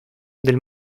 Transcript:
del